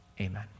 Amen